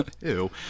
Ew